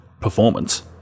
performance